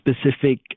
specific